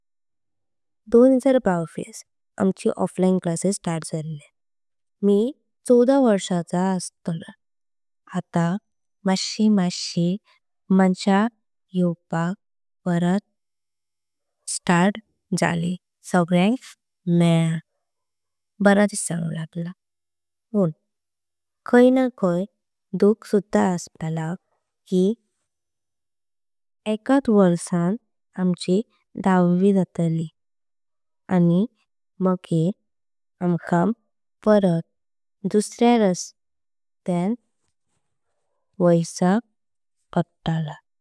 दो हजार बावीस आमची ऑफलाइन कक्षा सुरू जाळे। मी छुदा वर्षाचा असललो आता माश्ही माश्ही मजा येय। परत सगळ्यांक मेळान खूप बरं दिसला पण खाय ना। खाय दुःख सुधा असला की आणि एका वर्षान आमची। दहावी जातली अस्ली आणि माघेर आमका। परत दूसऱ्या दूसऱ्या रस्त्यान वैतलो असलो।